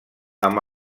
amb